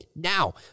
Now